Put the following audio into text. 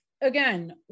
Again